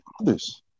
others